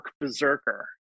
berserker